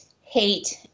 hate